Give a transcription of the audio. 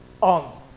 on